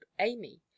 amy